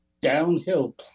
downhill